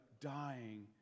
dying